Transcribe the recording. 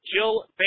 Jill